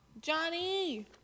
Johnny